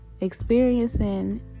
experiencing